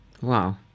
Wow